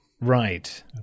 Right